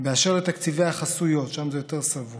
באשר לתקציבי החסויות, שם זה יותר סבוך.